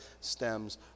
stems